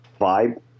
vibe